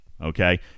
Okay